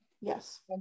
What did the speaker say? Yes